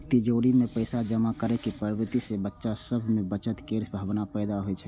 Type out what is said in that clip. तिजौरी मे पैसा जमा करै के प्रवृत्ति सं बच्चा सभ मे बचत केर भावना पैदा होइ छै